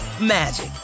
magic